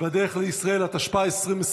בדרך לישראל, התשפ"ה 2024,